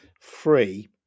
free